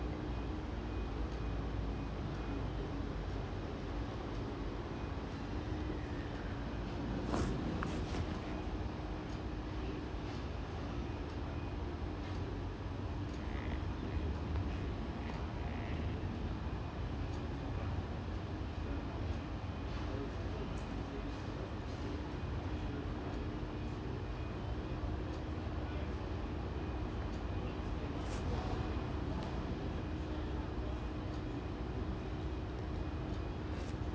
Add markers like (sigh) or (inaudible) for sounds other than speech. (noise)